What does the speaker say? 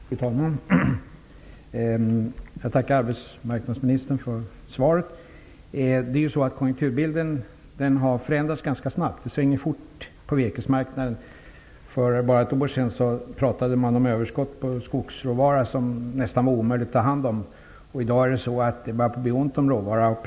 Fru talman! Jag tackar arbetsmarknadsministern för svaret. Konjunkturbilden har förändrats ganska snabbt. Det svänger fort på virkesmarknaden. För bara ett år sedan talade man om ett överskott på skogsråvara som nästan var omöjligt att ta hand om. I dag börjar det på att bli ont om råvaror.